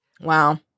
wow